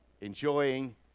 enjoying